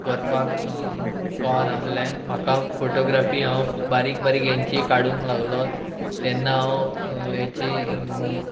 करपाक कळनासलें म्हाका फोटोग्राफी हांव बारीक बारीक हेंची काडूंक लागलो तेन्ना हांव हेची